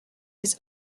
his